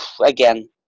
again